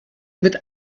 mit